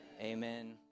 amen